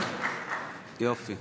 אני